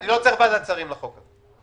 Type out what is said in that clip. אני לא צריך ועדת שרים לחוק הזה.